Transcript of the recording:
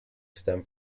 stem